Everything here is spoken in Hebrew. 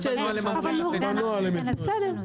בנוהל הם אמורים לתת את זה.